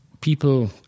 people